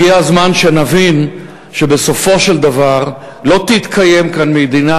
הגיע הזמן שנבין שבסופו של דבר לא תתקיים כאן מדינה